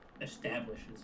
establishes